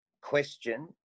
question